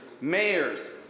mayors